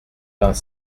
vingt